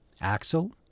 Axel